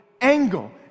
angle